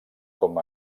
com